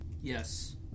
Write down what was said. Yes